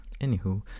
Anywho